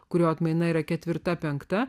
kurio atmaina yra ketvirta penkta